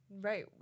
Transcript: Right